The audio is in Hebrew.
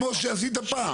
כמו שעשית פעם.